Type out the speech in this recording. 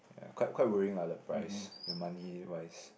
quite quite worrying lah the price the money wise